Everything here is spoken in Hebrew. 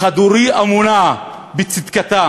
חדורי אמונה בצדקתם,